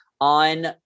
on